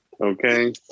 Okay